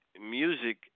music